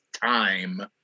time